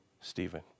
Stephen